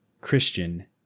Christian